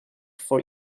for